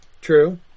True